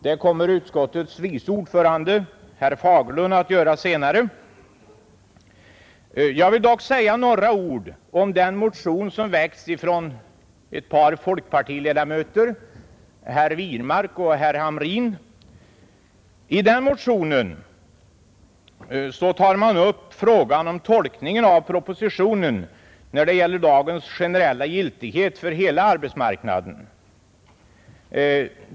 Det kommer utskottets vice ordförande, herr Fagerlund, att göra senare. Jag vill dock säga några ord om den motion som väckts från folkpartiledamöterna herrar Wirmark och Hamrin. I motionen tar man upp frågan om tolkningen av propositionen, när det gäller lagens generella giltighet för hela arbetsmarknaden.